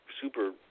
super